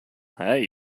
hat